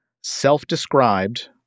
self-described